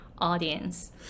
audience